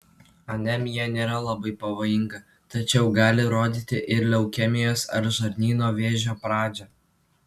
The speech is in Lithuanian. anemija nėra labai pavojinga tačiau gali rodyti ir leukemijos ar žarnyno vėžio pradžią